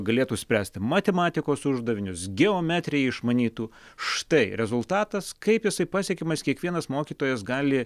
galėtų spręsti matematikos uždavinius geometriją išmanytų štai rezultatas kaip jisai pasiekiamas kiekvienas mokytojas gali